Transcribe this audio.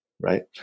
right